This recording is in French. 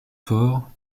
fort